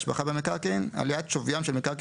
"השבחה במקרקעין" עליית שווים של מקרקעין